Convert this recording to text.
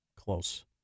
close